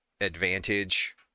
advantage